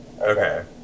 Okay